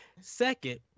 Second